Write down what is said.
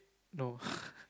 no